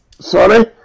Sorry